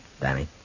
Danny